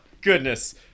Goodness